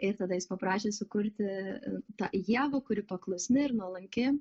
ir tada jis paprašė sukurti tą ievą kuri paklusni ir nuolanki